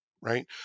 right